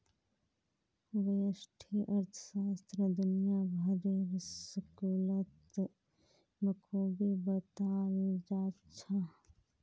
व्यष्टि अर्थशास्त्र दुनिया भरेर स्कूलत बखूबी बताल जा छह